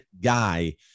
guy